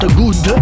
good